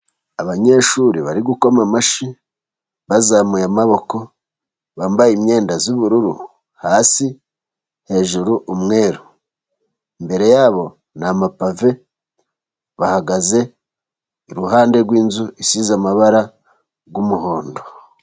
Abanyeshuri bari gukoma amashyi bazamuye amaboko. Bambaye imyenda y'ubururu hasi, hejuru umweru. Imbere yabo ni amapave, bahagaze iruhande rw'inzu isize amabara rw'umuhondo.